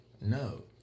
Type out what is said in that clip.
No